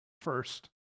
first